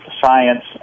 science